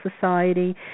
Society